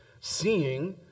seeing